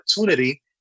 opportunity